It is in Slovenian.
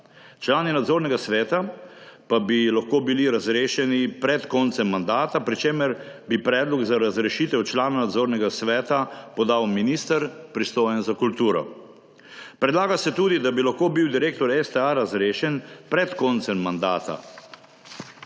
Člani nadzornega sveta pa bi lahko bili razrešeni pred koncem mandata, pri čemer bi predlog za razrešitev člana Nadzornega sveta podal minister, pristojen za kulturo. Predlaga se tudi, da bi lahko bil direktor STA razrešen pred koncem mandata,